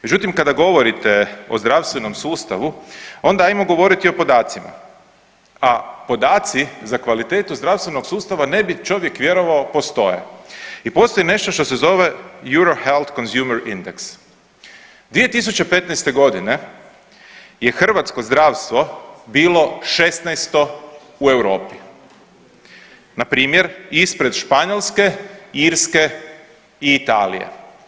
Međutim, kada govorite o zdravstvenom sustavu onda ajmo govoriti o podacima, a podaci za kvalitetu zdravstvenog sustava ne bi čovjek vjerovao postoje i postoji nešto što se zove Euro health consumer index, 2015.g. je hrvatsko zdravstvo bilo 16. u Europi, npr. ispred Španjolske, Irske i Italije.